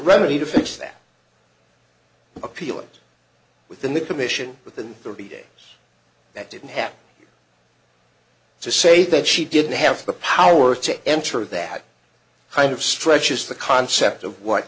remedy to fix that appeal it within the commission within thirty days that didn't happen to say that she didn't have the power to ensure that kind of stretches the concept of